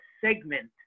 segment